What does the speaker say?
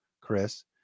Chris